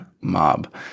mob